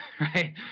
right